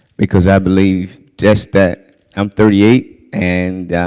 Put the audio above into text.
because i believe just that i'm thirty eight, and